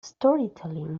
storytelling